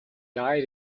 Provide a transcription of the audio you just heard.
died